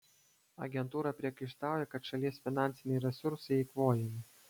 agentūra priekaištauja kad šalies finansiniai resursai eikvojami